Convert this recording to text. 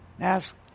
ask